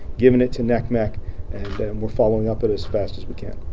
given it to ncmic and we're following up it s fast as we can.